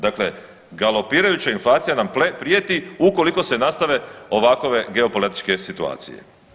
Dakle, galopirajuća inflacija nam prijeti ukoliko se nastave ovakove geopolitičke situacije.